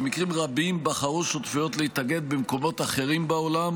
במקרים רבים בחרו שותפויות להתאגד במקומות אחרים בעולם,